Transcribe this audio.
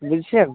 বুঝেছেন